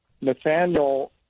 Nathaniel